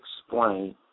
explain